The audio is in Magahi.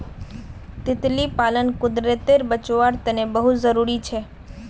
तितली पालन कुदरतेर बचाओर तने बहुत ज़रूरी छे